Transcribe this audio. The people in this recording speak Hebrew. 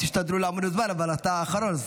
תשתדלו לעמוד בזמן, אבל אתה האחרון,